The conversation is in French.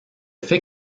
fait